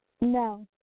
no